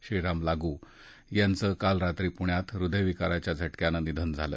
श्रीराम लागू यांचं काल रात्री पृण्यात हृदयविकाराच्या झटक्यानं निधन झालं